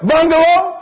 Bungalow